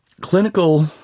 clinical